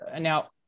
now